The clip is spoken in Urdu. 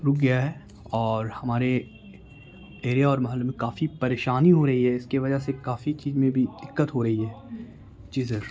رک گیا ہے اور ہمارے ایریا اور محل میں کافی پریشانی ہو رہی ہے اس کی وجہ سے کافی چیز میں بھی دقت ہو رہی ہے چیزیں